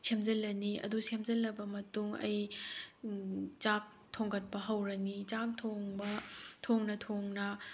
ꯁꯦꯝꯖꯤꯜꯂꯅꯤ ꯑꯗꯨ ꯁꯦꯝꯖꯤꯜꯂꯕ ꯃꯇꯨꯡ ꯑꯩ ꯆꯥꯛ ꯊꯣꯡꯒꯠꯄ ꯍꯧꯔꯅꯤ ꯆꯥꯛ ꯊꯣꯡꯕ ꯊꯣꯡꯅ ꯊꯣꯡꯅ